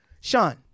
Sean